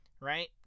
right